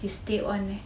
they stay on eh